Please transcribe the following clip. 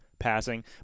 Passing